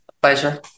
Pleasure